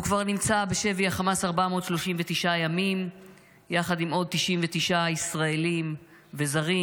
והוא כבר נמצא בשבי החמאס 439 ימים יחד עם עוד 99 ישראלים וזרים,